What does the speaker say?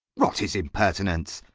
rot his impertinence!